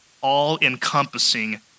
all-encompassing